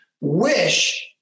wish